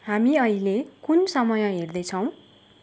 हामी अहिले कुन समय हेर्दै छौँ